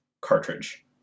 cartridge